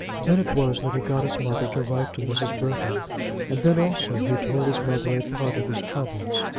then it was that he got his mother to write to mrs. burton and then also he told his mother a part of his troubles.